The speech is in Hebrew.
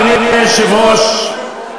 אדוני היושב-ראש,